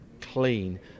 clean